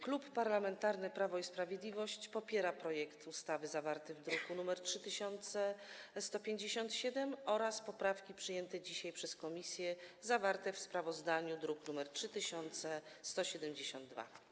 Klub Parlamentarny Prawo i Sprawiedliwość popiera projekt ustawy zawarty w druku nr 3157 oraz poprawki przyjęte dzisiaj przez komisję, zawarte w sprawozdaniu w druku nr 3172.